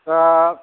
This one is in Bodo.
दा